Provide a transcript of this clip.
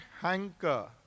hanker